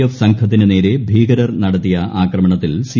F സംഘത്തിനു നേരെ ഭീകരർ നടത്തിയ ആക്രമണത്തിൽ സി